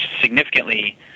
significantly